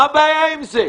מה הבעיה עם זה?